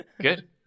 Good